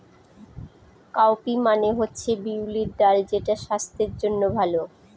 cowpea মানে হচ্ছে বিউলির ডাল যেটা স্বাস্থ্যের জন্য ভালো